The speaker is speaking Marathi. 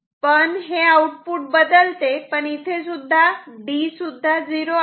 पण हे आउटपुट बदलते पण इथे D सुद्धा 0 आहे